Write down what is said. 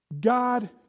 God